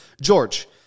George